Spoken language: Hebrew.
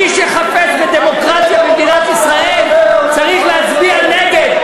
מי שחפץ בדמוקרטיה במדינת ישראל צריך להצביע נגד.